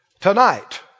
tonight